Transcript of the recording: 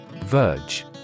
verge